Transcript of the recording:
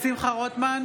שמחה רוטמן,